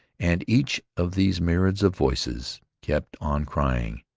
and each of these myriads of voices kept on crying,